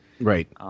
right